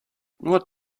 what